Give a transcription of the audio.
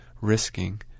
risking